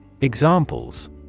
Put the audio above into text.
Examples